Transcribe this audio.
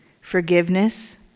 forgiveness